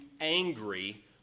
angry